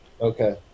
Okay